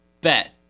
Bet